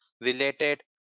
related